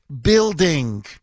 building